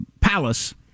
palace